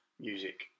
music